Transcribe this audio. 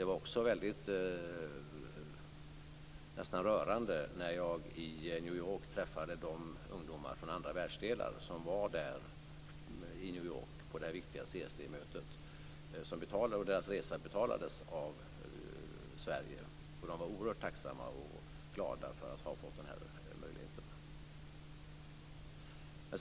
Det var också väldigt - nästan rörande när jag i New York träffade de ungdomar från andra världsdelar som var där i New York på det viktiga CSD-mötet och deras resa betalades av Sverige, för de var oerhört tacksamma och glada för att ha fått den här möjligheten.